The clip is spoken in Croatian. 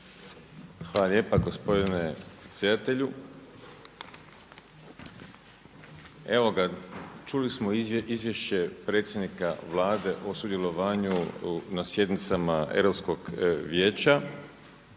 Hvala lijepa gospodine predsjedatelju. Evo ga, čuli smo izvješće predsjednika Vlade o sudjelovanju na sjednicama Europskog vijeća.